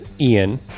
Ian